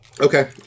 Okay